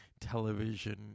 television